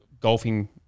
golfing